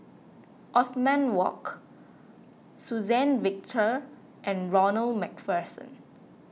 Othman Wok Suzann Victor and Ronald MacPherson